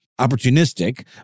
opportunistic